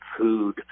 food